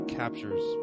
captures